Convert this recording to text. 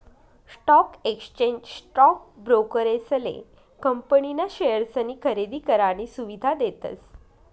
stock exchange stock ब्रोकरेसले company ना शेअर्सनी खरेदी करानी सुविधा देतस